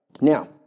Now